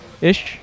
ish